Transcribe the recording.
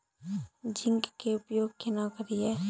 Zinc के उपयोग केना करये?